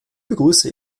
begrüße